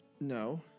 No